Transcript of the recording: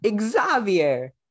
Xavier